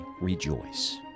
rejoice